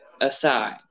aside